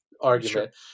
argument